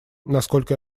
насколько